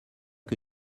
que